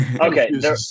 Okay